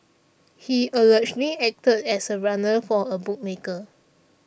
he allegedly acted as a runner for a bookmaker